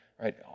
right